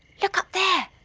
look up there,